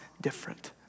different